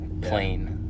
plain